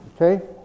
Okay